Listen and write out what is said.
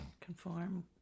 conform